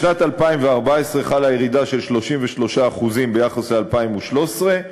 בשנת 2014 חלה ירידה של 33% ביחס ל-2013,